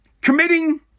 committing